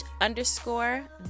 underscore